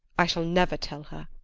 i shall never tell her.